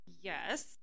yes